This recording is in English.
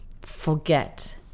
forget